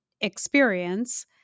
experience